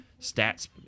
stats